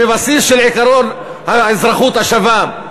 בבסיס של עקרון האזרחות השווה.